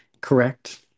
correct